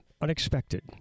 unexpected